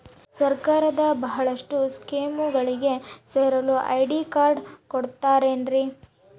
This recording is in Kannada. ಸರ್ಕಾರದ ಬಹಳಷ್ಟು ಸ್ಕೇಮುಗಳಿಗೆ ಸೇರಲು ಐ.ಡಿ ಕಾರ್ಡ್ ಕೊಡುತ್ತಾರೇನ್ರಿ?